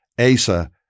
Asa